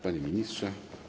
Panie Ministrze!